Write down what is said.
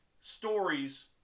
stories